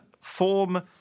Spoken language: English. form